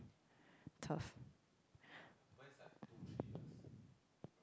tough